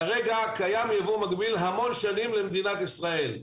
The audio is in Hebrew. כרגע קיים יבוא מקביל המון שנים למדינת ישראל.